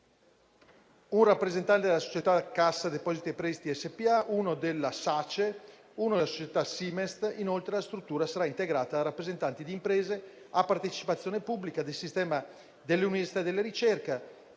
un rappresentante della società Cassa depositi e prestiti SpA, uno della società Sace SpA, uno della società Simest SpA. La struttura sarà inoltre integrata da rappresentanti di imprese a partecipazione pubblica, del sistema dell'università e della ricerca,